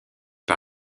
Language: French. par